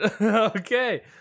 Okay